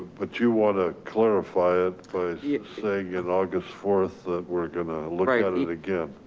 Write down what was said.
but you want to clarify it by saying in august fourth that we're going to look at it again.